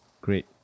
Great